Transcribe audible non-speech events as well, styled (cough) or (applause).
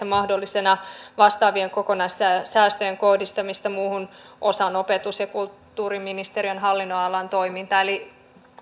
(unintelligible) mahdollisena vastaavien kokonaissäästöjen kohdistamista muuhun osaan opetus ja kulttuuriministeriön hallinnonalan toimintaa eli